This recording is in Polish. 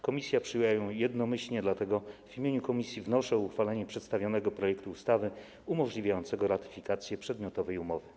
Komisja przyjęła ją jednomyślnie, dlatego w imieniu komisji wnoszę o uchwalenie przedstawionego projektu ustawy umożliwiającego ratyfikację przedmiotowej umowy.